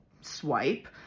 swipe